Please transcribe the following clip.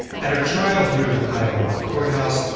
at her trial here in the cuyahoga courthouse,